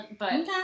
Okay